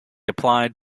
applied